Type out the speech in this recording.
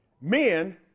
Men